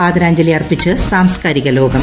ആദരാഞ്ജലി അർപ്പിച്ച് സാംസ്കാരിക ലോകം